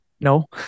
No